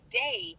day